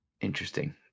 Interesting